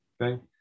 Okay